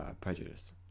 prejudice